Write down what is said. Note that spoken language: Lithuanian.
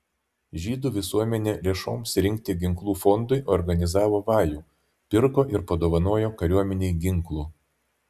žydų visuomenė lėšoms rinkti ginklų fondui organizavo vajų pirko ir padovanojo kariuomenei ginklų